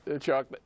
Chuck